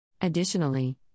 Additionally